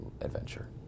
adventure